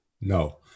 no